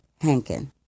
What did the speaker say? Hankin